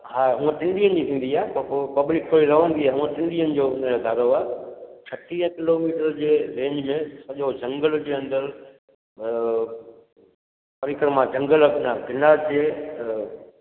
हा उहा टिन ॾींहंनि जी थींदी आहे त पोइ पब्लिक थोरी रहंदी आहे हूअं टिन ॾींहंनि जो कारो आहे छटीह किलो मीटर जे रेंज में सॼो जंगल जे अंदरि परिक्रमा जंगल ते आहे गिरनार जे